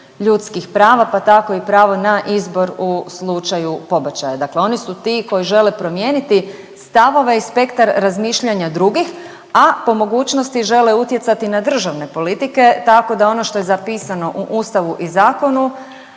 ljudskih prava pa tako i pravo na izbor u slučaju pobačaja. Dakle oni su ti koji žele promijeniti stavove i spektar razmišljanja drugih, a po mogućnosti žele utjecati na državne politike tako da ono što je zapisano u Ustavu i zakonu,